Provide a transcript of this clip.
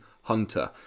Hunter